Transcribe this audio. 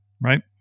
Right